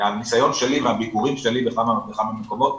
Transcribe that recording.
מהניסיון שלי ומהביקורים שלי בכמה וכמה מקומות,